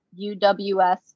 uws